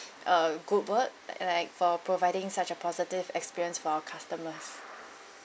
uh good work like like for providing such a positive experience for our customers